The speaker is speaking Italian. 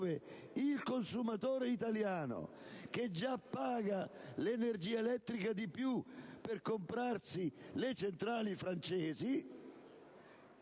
il consumatore italiano, che già paga l'energia elettrica di più per pagare le centrali francesi,